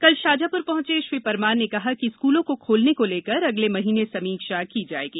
कल शाजापुर पहंचे श्री परमार ने कहा कि स्कूलों को खोलने को लेकर अगले महीने समीक्षा की जायेगी